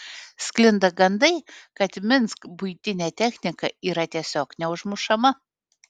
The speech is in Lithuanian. sklinda gandai kad minsk buitinė technika yra tiesiog neužmušama